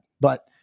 but-